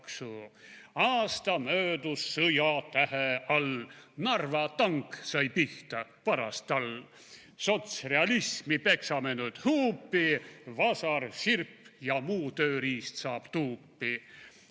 Aasta möödus sõjatähe all, / Narva tank sai pihta, paras tal. / Sotsrealismi peksame nüüd huupi, / vasar, sirp ja muu tööriist saab tuupi.